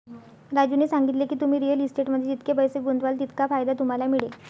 राजूने सांगितले की, तुम्ही रिअल इस्टेटमध्ये जितके पैसे गुंतवाल तितका फायदा तुम्हाला मिळेल